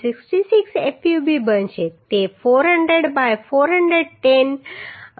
66 fub બનશે તે 400 by 410 0